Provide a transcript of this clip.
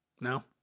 No